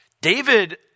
David